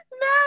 No